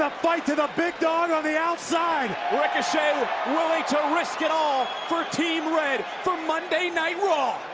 ah fight to the big dog on the outside! ricochet willing to risk it all for team red, for monday night raw!